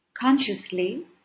Consciously